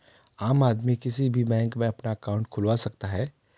आम आदमी किसी भी बैंक में अपना अंकाउट खुलवा सकता है